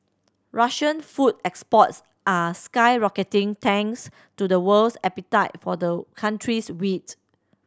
Russian food exports are skyrocketing thanks to the world's appetite for the country's wheat